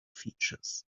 features